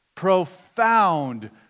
profound